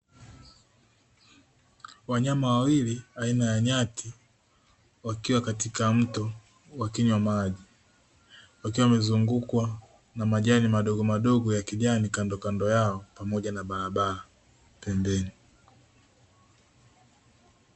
Wanyama wawili aina ya nyati, wakiwa katika mto wakinywa maji. Wakiwa wamezungukwa na majani madogo madogo ya kijani kandokando yao pamoja na barabara pembeni.